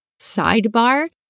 Sidebar